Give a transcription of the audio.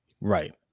Right